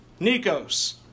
Nikos